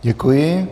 Děkuji.